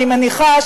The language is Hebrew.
אני מניחה,